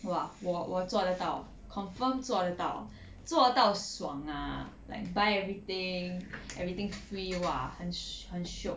!wah! 我我做得到 confirm 做得到做到爽 ah like buy everything everything free !wah! 很 shio~ 很 shiok